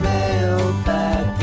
Mailbag